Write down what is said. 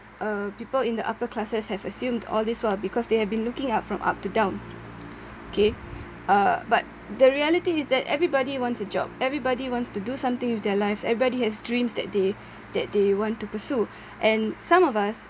uh people in the upper classes have assumed all these while because they have been looking up from up to down K uh but the reality is that everybody wants a job everybody wants to do something with their lives everybody has dreams that they that they want to pursue and some of us